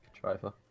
Driver